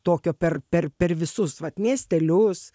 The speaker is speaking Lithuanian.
tokio per per per visus vat miestelius